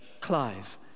Clive